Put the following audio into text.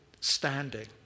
standing